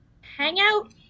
hangout